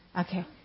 Okay